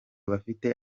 bafite